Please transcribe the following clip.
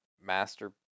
master